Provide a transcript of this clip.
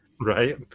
Right